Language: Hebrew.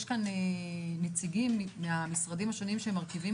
יש כאן נציגים מהמשרדים השונים שמרכיבים